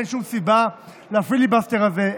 ואין שום סיבה לפיליבסטר הזה.